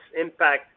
impact